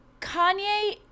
kanye